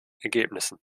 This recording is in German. ergebnissen